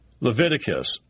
Leviticus